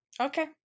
Okay